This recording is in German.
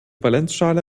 valenzschale